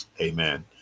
Amen